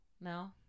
no